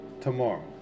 tomorrow